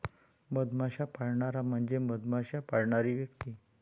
मधमाश्या पाळणारा म्हणजे मधमाश्या पाळणारी व्यक्ती